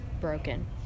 broken